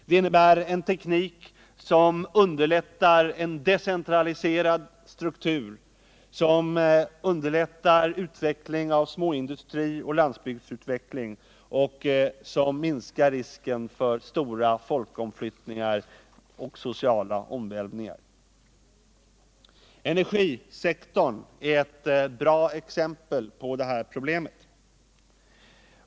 Det är en teknik som underlättar en decentraliserad struktur och en utveckling av småindustri och landsbygdsutveckling. Den minskar risken för stora folkomflyttningar och sociala omvälvningar. Energisektorn är ett bra exempel på det här problemet.